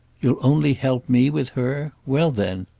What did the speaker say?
you'll only help me with her? well then!